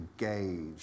engage